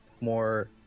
more